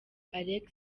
alex